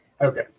Okay